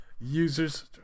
Users